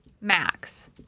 Max